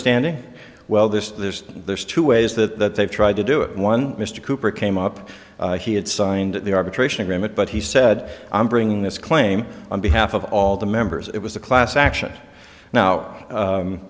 standing well this there's there's two ways that they've tried to do it and one mr cooper came up he had signed the arbitration agreement but he said i'm bringing this claim on behalf of all the members it was a class action now